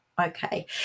Okay